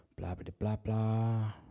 Blah-blah-blah-blah